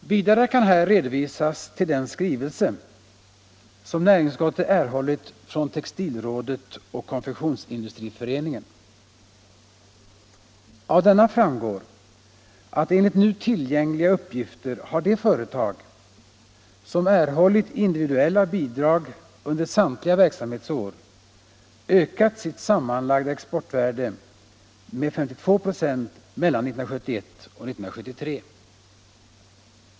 Vidare kan här hänvisas till den skrivelse som näringsutskottet erhållit från Textilrådet och Konfektionsindustriföreningen. Av denna framgår att enligt nu tillgängliga uppgifter har de företag som erhållit individuella bidrag under samtliga verksamhetsår ökat sitt sammanlagda exportvärde med 52 8 mellan 1971 och 1973.